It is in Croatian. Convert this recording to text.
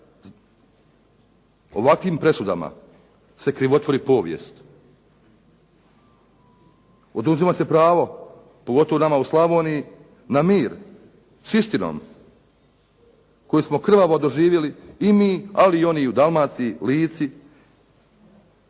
Ovakvim presudama se krivotvori povijest, oduzima se pravo pogotovo nama u Slavoniji na mir s istinom koju smo krvavo doživjeli i mi, ali i oni u Dalmaciji, Lici